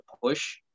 push